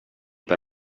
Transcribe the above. per